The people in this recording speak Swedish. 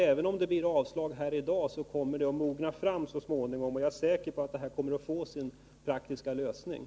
Även om det blir avslag här i dag, är jag säker på att den praktiska lösningen av frågan kommer att mogna fram så småningom.